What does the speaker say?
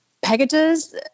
Packages